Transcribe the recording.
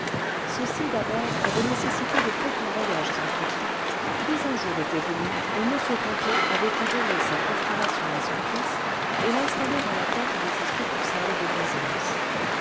ceci d'abord avait nécessité de fréquents voyages en turquie puis un jour était venu où m ponto avait pu donner sa procuration à son fils et l'installer à la tête de sa succursale de byzance